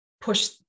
push